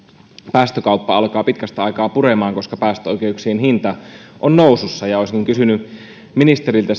päästökauppa alkaa pitkästä aikaa puremaan koska päästöoikeuksien hinta on nousussa olisin kysynyt ministeriltä